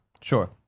Sure